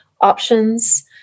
options